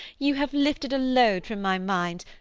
you have lifted a load from my mind.